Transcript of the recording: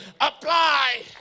apply